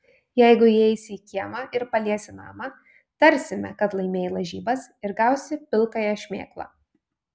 jeigu įeisi į kiemą ir paliesi namą tarsime kad laimėjai lažybas ir gausi pilkąją šmėklą